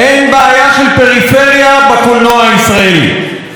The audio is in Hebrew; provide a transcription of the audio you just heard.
אין בעיה של פריפריה בקולנוע הישראלי.